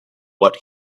what